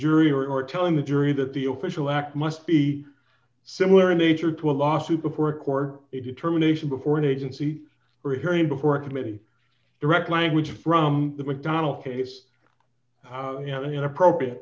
jury or telling the jury that the official act must be similar in nature to a lawsuit before a court a determination before an agency or a hearing before a committee direct language from the mcdonnell case an appropriate